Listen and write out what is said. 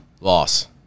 Loss